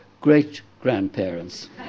great-grandparents